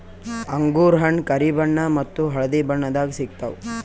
ಅಂಗೂರ್ ಹಣ್ಣ್ ಕರಿ ಬಣ್ಣ ಮತ್ತ್ ಹಳ್ದಿ ಬಣ್ಣದಾಗ್ ಸಿಗ್ತವ್